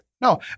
No